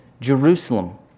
Jerusalem